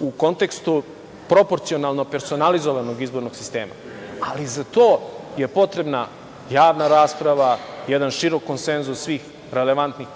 u kontekstu proporcionalno personalizovanog izbornog sistema, ali za to je potrebna javna rasprava, jedan širok konsenzus svih relevantnih